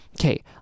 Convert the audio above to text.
okay